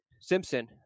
Simpson